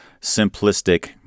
simplistic